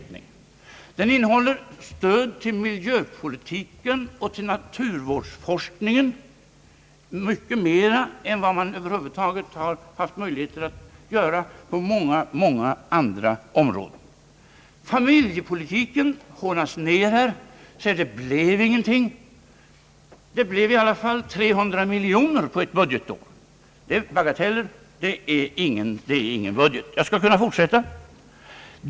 Budgeten innehåller ett stöd till miljöpolitiken och naturvårdsforskningen — mycket mer än man Över huvud taget haft möjligheter att göra på många, många andra områden. Familjepolitiken hånas ned här — det blev ingenting, säger man. Det blev i alla fall 300 miljoner på ett budgetår. Det är bagateller, det är ingen budget. Jag skulle kunna fortsätta.